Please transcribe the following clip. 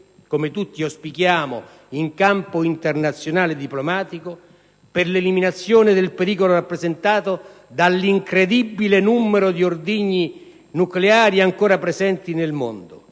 come tutti auspichiamo, in campo internazionale e diplomatico per l'eliminazione del pericolo rappresentato dall'incredibile numero di ordigni nucleari ancora presenti nel mondo;